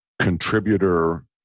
contributor